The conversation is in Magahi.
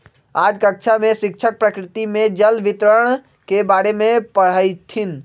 आज कक्षा में शिक्षक प्रकृति में जल वितरण के बारे में पढ़ईथीन